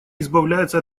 избавляется